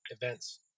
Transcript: events